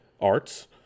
arts